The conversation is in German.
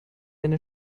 eine